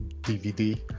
DVD